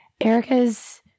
Erica's